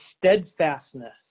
steadfastness